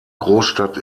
großstadt